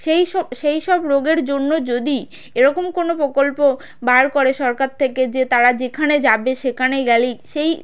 সেই সব সেই সব রোগের জন্য যদি এরকম কোনো প্রকল্প বার করে সরকার থেকে যে তারা যেখানে যাবে সেখানে গেলেই সেই